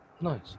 Nice